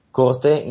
corte